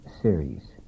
series